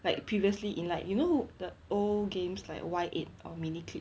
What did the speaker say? like previously in like you know the old games like Y eight or miniclip